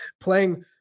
playing